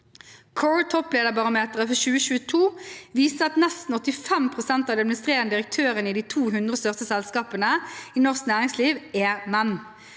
CORE Topplederbarometer for 2022 viste at nesten 85 pst. av de administrerende direktørene i de 200 største selskapene i norsk næringsliv er menn.